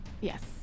yes